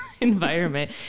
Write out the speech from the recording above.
environment